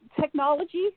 technology